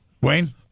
Wayne